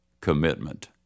commitment